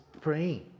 praying